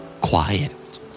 Quiet